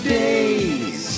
days